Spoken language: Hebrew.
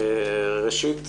ראשית,